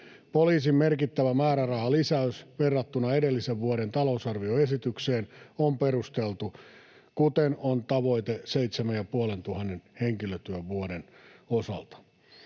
Poliisin merkittävä määrärahalisäys verrattuna edellisen vuoden talousarvioesitykseen on perusteltu, kuten on tavoite seitsemän‑ ja puolentuhannen